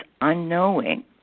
unknowing